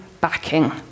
backing